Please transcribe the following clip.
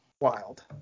Wild